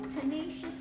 tenacious